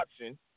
option